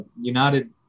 United